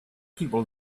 people